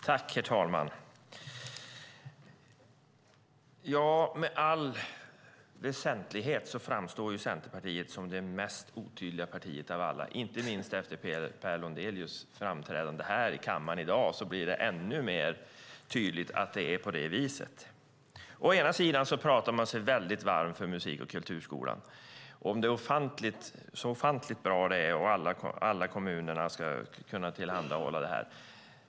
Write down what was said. Herr talman! Centerpartiet framstår som det mest otydliga partiet av alla. Inte minst efter Per Lodenius framträdande här i kammaren i dag blir det ännu mer tydligt att det är på det viset. Man talar sig mycket varm för musik och kulturskolan - hur bra den är och att alla kommuner ska kunna tillhandahålla den.